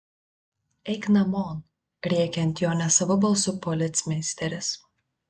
eik namon rėkia ant jo nesavu balsu policmeisteris